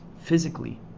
Physically